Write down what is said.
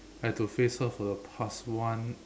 I have to face her for the past one